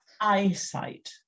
eyesight